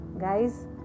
Guys